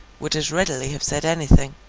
would as readily have said anything.